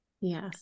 Yes